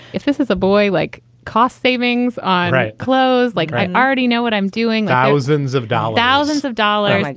if this is a boy like cost savings on clothes, like, i already know what i'm doing. thousands of dollars, thousands of dollars. like